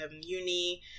uni